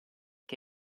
che